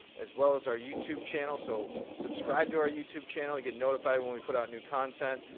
as well as our youtube channel. so subscribe to our youtube channel. you get notified when we put out new content.